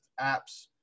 apps